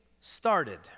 started